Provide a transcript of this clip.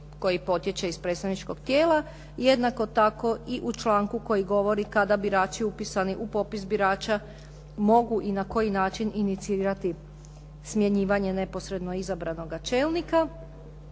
koji potječe iz predstavničkog tijela jednako tako i u članku koji govori kada birači upisani u popis birača mogu i na koji način inicirati smjenjivanje neposredno izabranoga čelnika